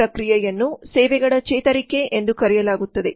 ಈ ಪ್ರಕ್ರಿಯೆಯನ್ನು ಸೇವೆಗಳ ಚೇತರಿಕೆ ಎಂದು ಕರೆಯಲಾಗುತ್ತದೆ